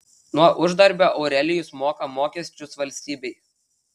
nuo uždarbio aurelijus moka mokesčius valstybei